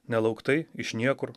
nelauktai iš niekur